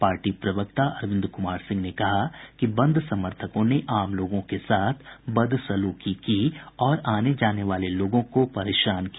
party प्रवक्ता अरविंद कुमार सिंह ने कहा कि बंद समर्थकों ने आम लोगों के साथ बदसलूकी की और आने जाने वाले लोगों को परेशान किया